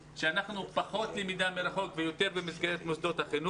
פחות למידה מרחוק ויותר במסגרת בתי הספר.